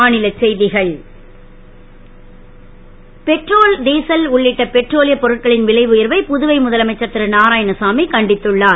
Narayanasamy petrol diesel உள்ளிட்ட பெட்ரோலியப் பொருட்களின் விலை உயர்வை புதுவை முதலமைச்சர் ரு நாராயணசாமி கண்டித்துள்ளார்